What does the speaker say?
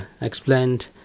explained